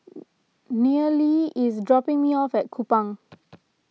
Nealie is dropping me off at Kupang